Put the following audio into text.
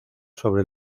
sobre